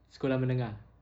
sekolah menengah